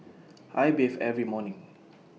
I bathe every morning